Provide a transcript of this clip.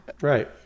right